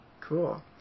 Cool